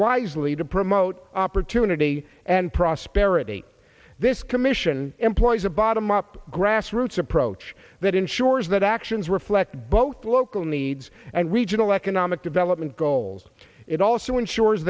wisely to promote opportunity and prosperity this commission employs a bottom up grassroots approach that ensures that actions reflect both local needs and regional economic development goals it also ensures